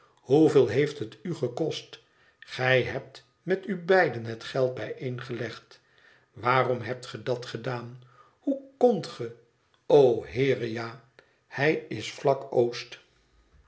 hoeveel heeft het u gekost gij hebt met u beiden het geld bijeengelegd waarom hebt ge dat gedaan hoe kondt ge o heere ja hij is vlak oost